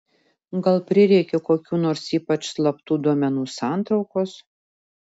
gal prireikė kokių nors ypač slaptų duomenų santraukos